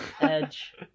Edge